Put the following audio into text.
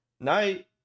night